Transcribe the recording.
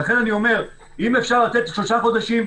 לכן אני אומר: אם אפשר לתת שלושה חודשים,